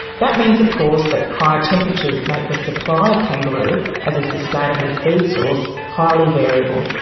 that means of course that high temperatures make the supply of kangaroo as a sustainable food source highly variable.